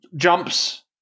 jumps